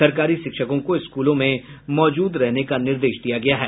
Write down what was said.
सरकारी शिक्षकों को स्कूलों में मौजूद रहने का निर्देश दिये गये है